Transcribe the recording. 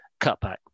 cutback